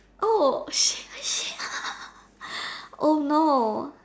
oh she she oh no